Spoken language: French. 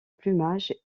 plumage